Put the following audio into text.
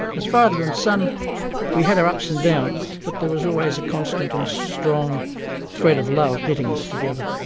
as father and son we had our ups and downs, but there was always a constant and strong thread of love knitting us together.